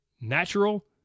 natural